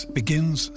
begins